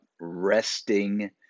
resting